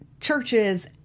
churches